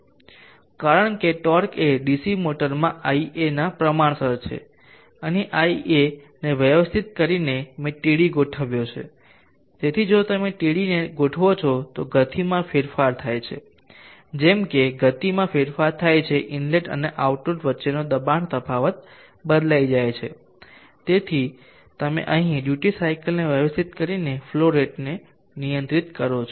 કારણ કે ટોર્ક એ ડીસી મોટરમાં ia ના પ્રમાણસર છે અને IA ને વ્યવસ્થિત કરીને મેં Td ગોઠવ્યો છે તેથી જો તમે Td ને ગોઠવો છો તો ગતિમાં ફેરફાર થાય છે જેમ કે ગતિમાં ફેરફાર થાય છે ઇનલેટ અને આઉટલેટ વચ્ચેનો દબાણ તફાવત બદલાઈ જાય છે અને તેથી તમે અહીં ડ્યુટી સાયકલને વ્યવસ્થિત કરીને ફ્લો રેટને નિયંત્રિત કરો છો